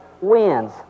wins